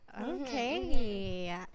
Okay